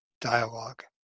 dialogue